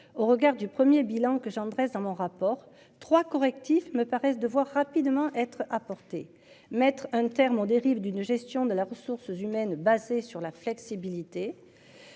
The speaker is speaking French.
au regard du premier bilan que Jean dresse dans mon rapport 3 correctifs me paraissent devoir rapidement être apportées, mettre un terme aux dérives d'une gestion de la ressource humaine basée sur la flexibilité.